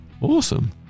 Awesome